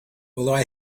although